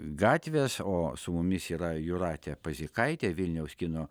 gatvės o su mumis yra jūratė pazikaitė vilniaus kino